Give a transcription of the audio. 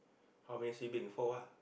how many sibling four ah